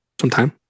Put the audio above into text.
sometime